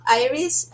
iris